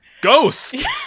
Ghost